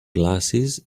glasses